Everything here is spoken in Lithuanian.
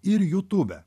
ir jutūbe